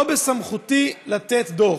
לא בסמכותי לתת דוח.